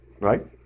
right